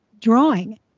drawing